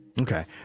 Okay